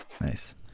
Nice